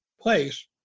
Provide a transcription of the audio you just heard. place